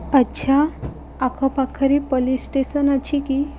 ଆଚ୍ଛା ଆଖପାଖରେ police station ଅଛି କି